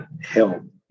help